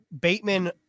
Bateman